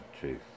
truth